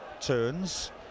turns